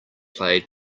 played